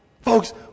Folks